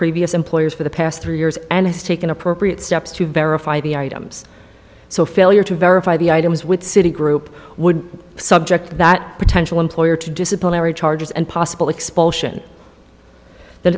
previous employers for the past three years and has taken appropriate steps to verify the items so failure to verify the items with citigroup would subject that potential employer to disciplinary charges and possible expulsion that